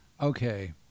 okay